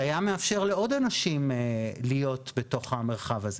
שהיה מאפשר לעוד אנשים להיות בתוך המרחב הזה,